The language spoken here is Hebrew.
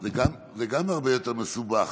זה גם הרבה יותר מסובך,